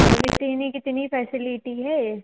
ma'am इतनी कितनी facility है ये